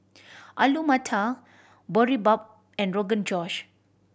Alu Matar Boribap and Rogan Josh